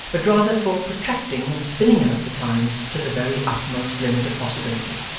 but rather for protracting and spinning out the time to the very utmost limit of possibility.